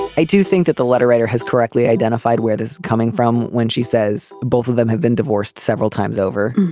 i do think that the letter writer has correctly identified where this is coming from when she says both of them have been divorced several times over.